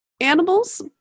animals